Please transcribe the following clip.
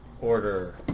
order